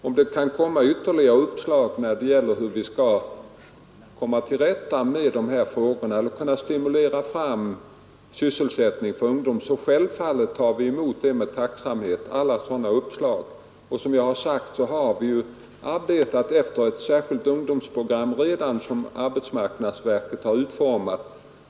Om det kommer ytterligare uppslag om hur vi skall komma till rätta med svårigheterna och stimulera fram sysselsättning för ungdom, tar vi självfallet emot sådana uppslag med tacksamhet. Som jag har sagt har vi redan arbetat efter ett särskilt ungdomsprogram, som arbetsmarknadsverket har utformat.